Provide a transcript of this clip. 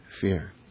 fear